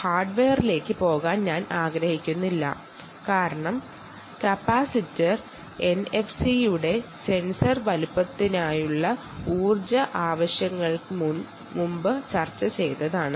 ഹാർഡ്വെയറിലേക്ക് പോകാൻ ഞാൻ ആഗ്രഹിക്കുന്നില്ല കാരണം സെൻസർ വലുപ്പത്തിനനുസരിച്ചിട്ടുള്ള പവർ ആവശ്യകതകൾക്ക് വേണ്ടിയുള്ള കപ്പാസിറ്റർ എൻഎഫ്സിയുടെ കാര്യങ്ങൾ നമ്മൾ നേരത്തെ ഡിസ്കസ് ചെയ്തിരുന്നു